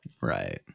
Right